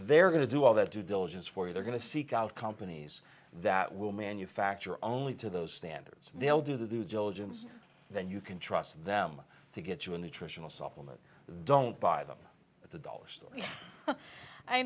they're going to do all that due diligence for you they're going to seek out companies that will manufacture only to those standards and they'll do the due diligence then you can trust them to get you a nutritional supplement don't buy them at the dollar store i